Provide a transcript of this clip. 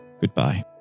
goodbye